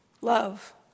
love